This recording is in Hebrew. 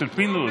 של פינדרוס.